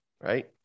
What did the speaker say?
Right